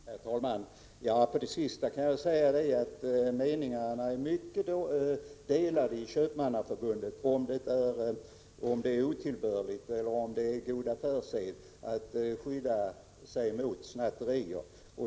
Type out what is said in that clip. Herr talman! Till det sista kan jag säga att meningarna är mycket delade i Köpmannaförbundet — om det är otillbörligt eller god affärssed att skydda sig mot snatterier.